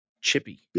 Chippy